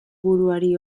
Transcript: buruari